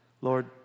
Lord